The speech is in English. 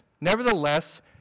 Nevertheless